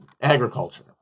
agriculture